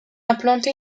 implanté